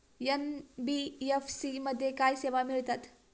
NBFC मध्ये काय सेवा मिळतात?